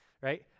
right